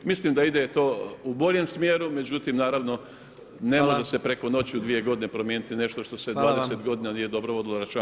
Mislim da ide to u boljem smjeru, međutim naravno ne može se preko noći u 2 godine promijeniti nešto što se 20 godina nije dobro vodilo računa.